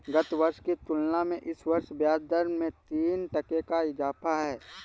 गत वर्ष की तुलना में इस वर्ष ब्याजदर में तीन टके का इजाफा है